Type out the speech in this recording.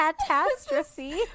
catastrophe